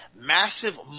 massive